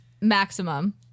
maximum